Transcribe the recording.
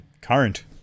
current